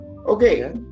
Okay